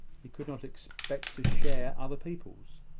he could not expect to share other people's.